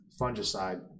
fungicide